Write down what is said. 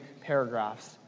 paragraphs